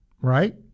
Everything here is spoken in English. right